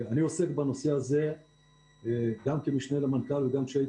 אני עוסק בנושא הזה גם כמשנה למנכ"ל וגם עת